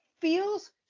feels